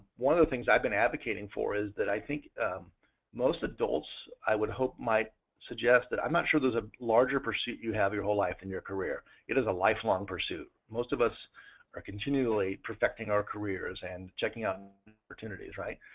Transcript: one of the things i've been advocating for is that i think most adults i would hope might suggest that, i'm not sure there's a larger pursuit you have your whole life and a career. it is a lifelong pursuit. most of us are continuingly perfecting our careers and checking out opportunities, right?